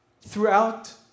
throughout